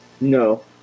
No